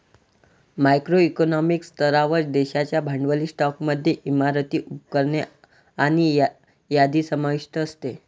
macro economic स्तरावर, देशाच्या भांडवली स्टॉकमध्ये इमारती, उपकरणे आणि यादी समाविष्ट असते